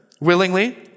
willingly